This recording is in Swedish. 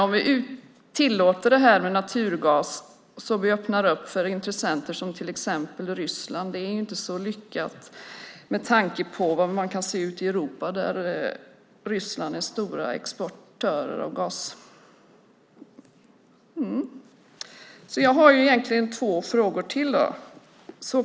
Om vi tillåter en utbyggnad av naturgas och öppnar upp för intressenter som exempelvis Ryssland är det inte så lyckat med tanke på vad man kan se ute i Europa där Ryssland är en stor exportör av gas. Jag har ytterligare två frågor.